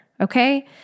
okay